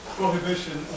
prohibition